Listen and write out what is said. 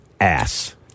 ass